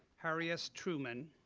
harry s. truman,